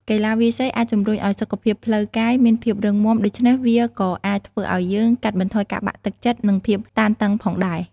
កីឡាវាយសី អាចជំរុញឱ្យសុខភាពផ្លូវកាយមានភាពរឹងមាំ ដូច្នេះវាក៏អាចធ្វើឱ្យយើងកាត់បន្ថយការបាក់ទឹកចិត្ត និងភាពតានតឹងផងដែរ។